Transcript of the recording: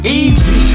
easy